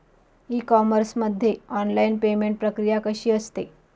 E commerce मध्ये online payment प्रक्रिया कशी असते?